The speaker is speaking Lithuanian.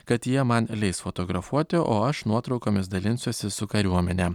kad jie man leis fotografuoti o aš nuotraukomis dalinsiuosi su kariuomene